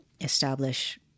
establish